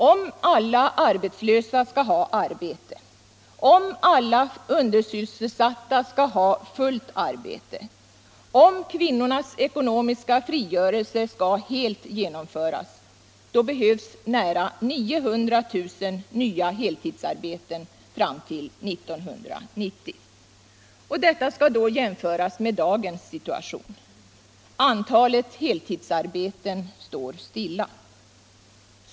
Om alla arbetslösa skall ha arbete, om alla undersysselsatta skall ha fullt arbete, om kvinnornas ekonomiska frigörelse skall helt genomföras — då behövs nära 900 000 heltidsarbeten fram till 1990. Detta skall jämföras med dagens situation: antalet heltidsarbeten står stilla.